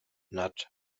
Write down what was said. nad